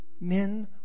men